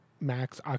max